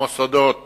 המוסדות